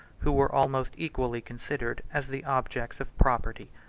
who were almost equally considered as the objects of property.